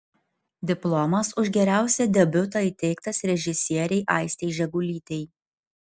diplomas už geriausią debiutą įteiktas režisierei aistei žegulytei